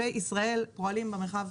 באות להרוויח כסף,